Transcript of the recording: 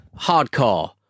hardcore